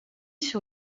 sur